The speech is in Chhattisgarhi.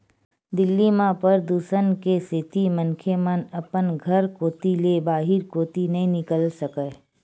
दिल्ली म परदूसन के सेती मनखे मन अपन घर कोती ले बाहिर कोती नइ निकल सकय